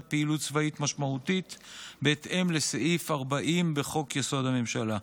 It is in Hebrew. פעילות צבאית משמעותית בהתאם לסעיף 40 לחוק-יסוד: הממשלה.